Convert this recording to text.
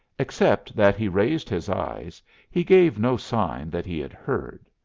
except that he raised his eyes he gave no sign that he had heard.